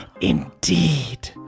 Indeed